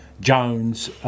Jones